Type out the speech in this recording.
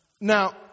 Now